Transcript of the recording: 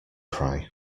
cry